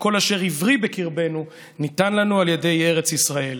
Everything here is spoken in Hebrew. "כל אשר עברי בקרבנו ניתן לנו על ידי ארץ ישראל,